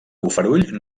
bofarull